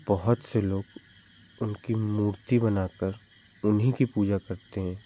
बहुत से लोग उनकी मूर्ति बना कर उन्हीं की पूजा करते हैं